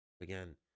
Again